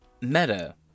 Meta